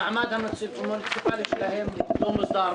המעמד המוניציפלי שלהם לא מוסדר,